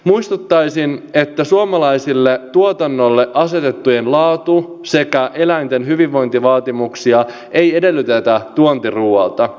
muistuttaisin että suomalaiselle tuotannolle asetettuja laatu sekä eläinten hyvinvointivaatimuksia ei edellytetä tuontiruoalta